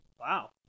wow